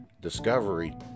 discovery